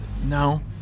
No